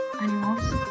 animals